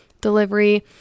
Delivery